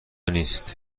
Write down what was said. نیست